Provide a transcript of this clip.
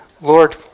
Lord